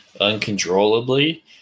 uncontrollably